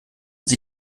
sie